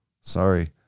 Sorry